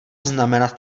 znamenat